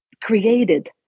created